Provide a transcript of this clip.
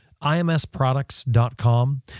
IMSproducts.com